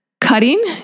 Cutting